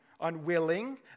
unwilling